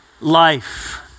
life